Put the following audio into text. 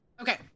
Okay